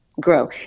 grow